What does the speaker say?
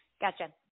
Gotcha